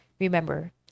remember